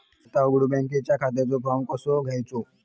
खाता उघडुक बँकेच्या खात्याचो फार्म कसो घ्यायचो?